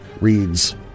reads